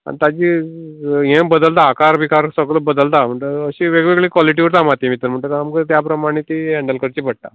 आनी ताजी ये बदलता आकार बिकार सगलों बदलता म्हणटगच अश्यों वेगवेगळीं कोलिटी उरता मातीयेच्यों म्हटगर आमकां त्या प्रमाणे ती हैन्डल करचीं पडटा